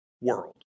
world